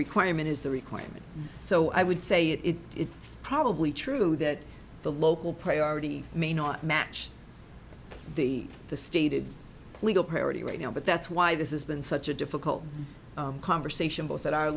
requirement is the requirement so i would say that it is probably true that the local priority may not match the the stated legal priority right now but that's why this is been such a difficult conversation both at our